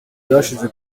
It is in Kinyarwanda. byashize